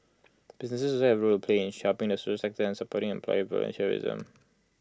businesses also have A role to play in helping the social sector and supporting employee volunteerism